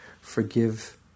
forgive